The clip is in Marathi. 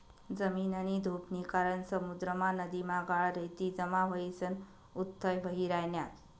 जमीननी धुपनी कारण समुद्रमा, नदीमा गाळ, रेती जमा व्हयीसन उथ्थय व्हयी रायन्यात